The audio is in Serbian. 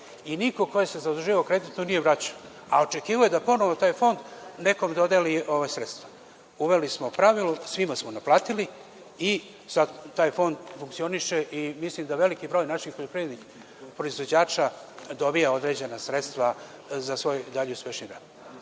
i niko ko je se zaduživao kreditno, nije vraćao, a očekivao je da ponovo taj fond nekom dodeli ova sredstva. Uveli smo pravilo, svima smo naplatili, i sad taj fond funkcioniše i mislim da veliki broj naših poljoprivrednih proizvođača dobija određena sredstva za svoj dalji, uspešniji